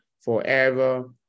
forever